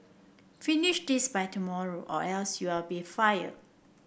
finish this by tomorrow or else you'll be fired